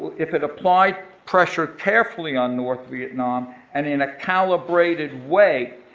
if it applies pressure carefully on north vietnam and in a calibrated way,